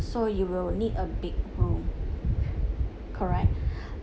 so you will need a big room correct